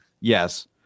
Yes